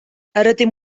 ydym